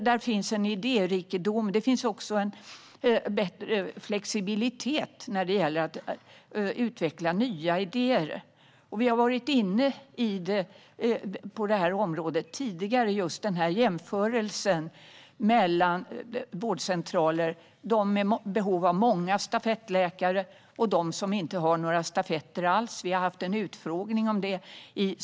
Där finns en idérikedom och också en bättre flexibilitet när det gäller att utveckla nya idéer. Vi har varit inne på detta område tidigare och just gjort jämförelser mellan vårdcentraler - mellan dem som har behov av många stafettläkare och dem som inte har några stafettläkare alls. Vi har i socialutskottet haft en utfrågning om detta.